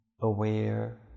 aware